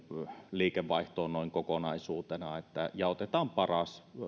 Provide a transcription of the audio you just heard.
liikevaihtoon noin kokonaisuutena ja otetaan niistä